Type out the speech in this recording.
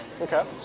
Okay